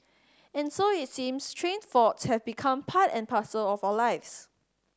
and so it seems train faults have become part and parcel of our lives